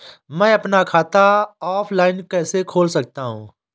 मैं अपना खाता ऑफलाइन कैसे खोल सकता हूँ?